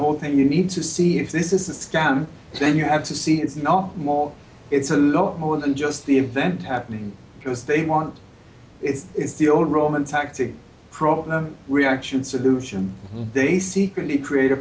whole thing you need to see if this is a scam then you have to see it's not more it's a lot more than just the event happening because they want it it's the old roman tactic problem reaction solution they secretly create a